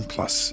Plus